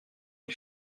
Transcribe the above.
une